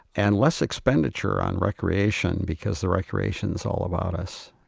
and less expenditure on recreation because the recreation is all about us.